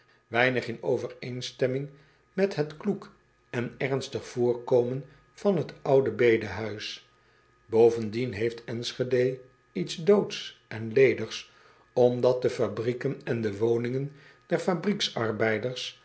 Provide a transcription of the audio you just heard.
weinig in overeenstemming met het kloek en ernstig voorkomen van het oude bedehuis ovendien heeft nschede iets doodsch en ledigs omdat de fabrieken en de woningen der fabriekarbeiders